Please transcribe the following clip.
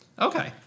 Okay